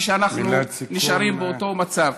ואנחנו נשארים באותו מצב.